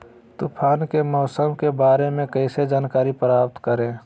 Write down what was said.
तूफान के मौसम के बारे में कैसे जानकारी प्राप्त करें?